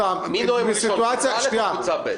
מי לא נואם ראשון קבוצה א' או קבוצה ב'?